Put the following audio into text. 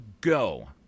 go